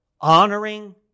honoring